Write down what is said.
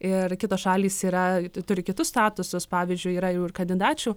ir kitos šalys yra turi kitus statusus pavyzdžiui yra jau ir kandidačių